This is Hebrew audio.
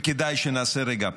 וכדאי שנעשה רגע פאוזה,